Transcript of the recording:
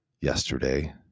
yesterday